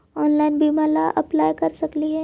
Online बीमा ला apply कर सकली हे?